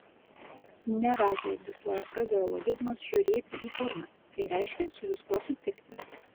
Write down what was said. ne veltui egzistuoja frazeologizmas žiūrėti į burną tai reiškia su viskuo sutikti